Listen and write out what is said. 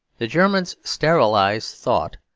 the germans sterilise thought,